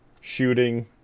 shooting